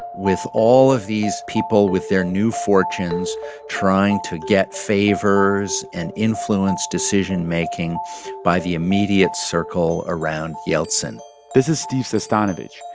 with all of these people with their new fortunes trying to get favors and influence decision-making by the immediate circle around yeltsin this is steve sestanovich.